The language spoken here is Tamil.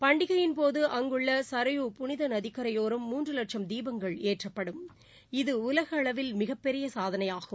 பண்டிகையின் போது அங்குள்ள ன்யு புனித நதிக்கரையோரம் மூன்று லட்சும் தீபங்கள் ஏற்றப்படும் இது உலகளவில் மிகப்பெரிய சாதனையாகும்